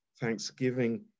thanksgiving